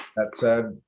that said,